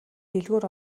дэлгүүр